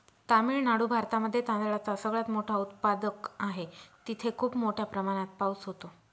तामिळनाडू भारतामध्ये तांदळाचा सगळ्यात मोठा उत्पादक आहे, तिथे खूप मोठ्या प्रमाणात पाऊस होतो